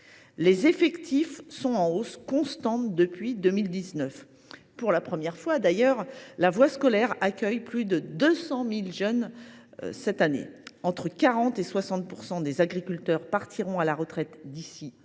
Les effectifs sont en hausse constante depuis 2019. Pour la première fois, la voie scolaire accueille plus de 200 000 jeunes. Entre 40 % et 60 % des agriculteurs partiront à la retraite d’ici à 2030.